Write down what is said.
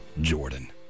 Jordan